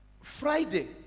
Friday